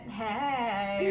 hey